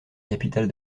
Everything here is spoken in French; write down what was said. capitale